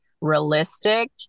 realistic